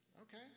Okay